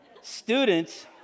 Students